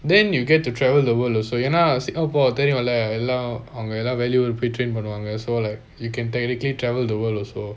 then you get to travel the world also என்னன:ennana singapore தெரியும்ல எல்லாம் அவங்க வெலி ஊரு பொய்:theriyumla ellam avanga veliya ooru poi train பன்னுவாங்க:pannuvanga so like you can technically travel the world also